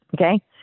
okay